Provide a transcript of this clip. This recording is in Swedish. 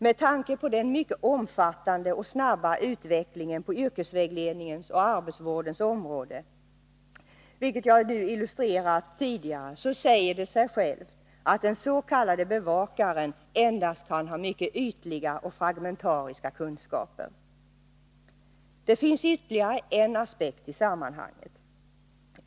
Med tanke på den mycket omfattande och snabba utvecklingen på yrkesvägledningens och arbetsvårdens områden - jag har tidigare illustrerat det — säger det sig självt, att den s.k. bevakaren endast kan ha mycket ytliga och fragmentariska kunskaper. Det finns ytterligare en aspekt i sammanhanget.